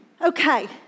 Okay